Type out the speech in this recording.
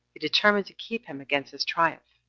he determined to keep him against his triumph